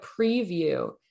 preview